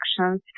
actions